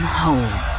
home